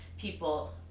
people